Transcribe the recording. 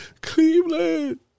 Cleveland